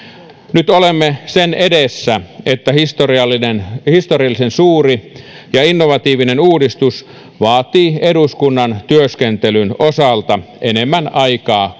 nyt olemme sen edessä että historiallisen historiallisen suuri ja innovatiivinen uudistus vaatii eduskunnan työskentelyn osalta enemmän aikaa